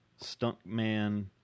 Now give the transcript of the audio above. stuntman